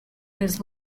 his